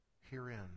herein